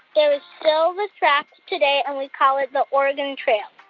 there is still the tracks today, and we call it the oregon trail.